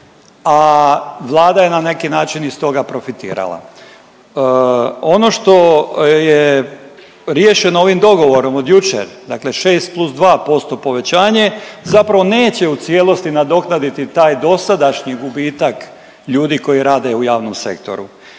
a vlada je na neki način iz toga profitirala. Ono što je riješeno ovim dogovorom od jučer, dakle 6 plus 2% povećanje zapravo neće u cijelosti nadoknaditi taj dosadašnji gubitak ljudi koji rade u javnom sektoru.